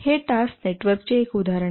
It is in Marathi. हे टास्क नेटवर्कचे एक उदाहरण आहे